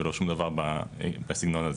ולא שום דבר בסגנון הזה.